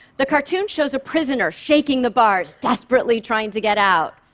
the cartoon shows a prisoner shaking the bars, desperately trying to get out.